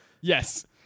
Yes